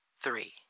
three